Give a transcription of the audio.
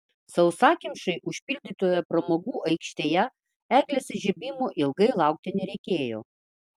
sausakimšai užpildytoje pramogų aikštėje eglės įžiebimo ilgai laukti nereikėjo